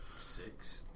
Six